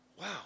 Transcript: Wow